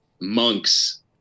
monks